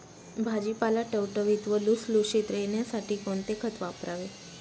भाजीपाला टवटवीत व लुसलुशीत येण्यासाठी कोणते खत वापरावे?